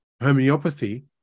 homeopathy